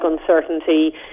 uncertainty